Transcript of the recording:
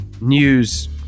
news